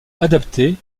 adaptées